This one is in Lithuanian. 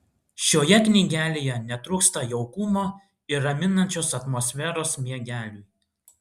šioje knygelėje netrūksta jaukumo ir raminančios atmosferos miegeliui